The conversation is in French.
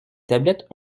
tablettes